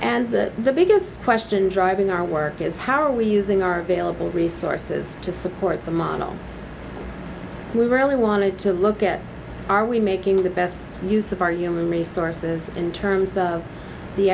and that the biggest question driving our work is how are we using our billable resources to support the model we really wanted to look at are we making the best use of our human resources in terms of the